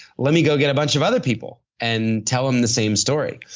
let me go get a bunch of other people and tell them the same story.